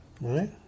Right